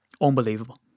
Unbelievable